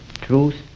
truth